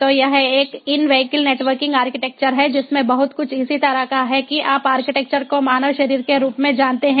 तो यह एक इन व्हीकल नेटवर्किंग आर्किटेक्चर है जिसमें बहुत कुछ इसी तरह का है कि आप आर्किटेक्चर को मानव शरीर के रूप में जानते हैं